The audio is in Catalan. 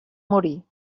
morir